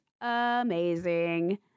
amazing